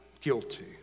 guilty